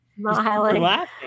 smiling